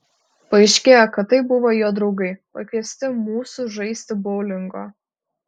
paaiškėjo kad tai buvo jo draugai pakviesti mūsų žaisti boulingo